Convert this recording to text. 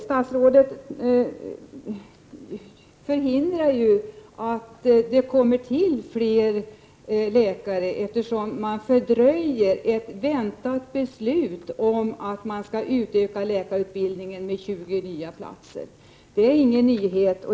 Statsrådet förhindrar ju att det kommer till fler läkare, eftersom man fördröjer ett väntat beslut om en utökning av läkarutbildningen med 20 nya platser. Det här är ingen nyhet.